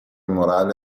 morale